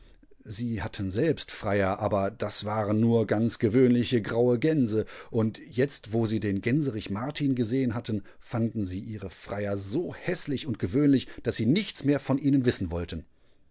sie hatten selbst freier aber das waren nur ganz gewöhnliche graue gänse undjetzt wosiedengänserichmartingesehenhatten fandensieihre freier so häßlich und gewöhnlich daß sie nichts mehr von ihnen wissen wollten